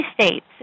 states